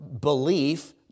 belief